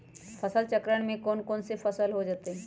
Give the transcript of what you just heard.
फसल चक्रण में कौन कौन फसल हो ताई?